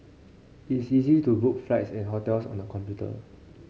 it's easy to book flights and hotels on the computer